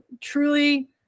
truly